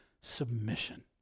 submission